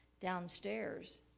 downstairs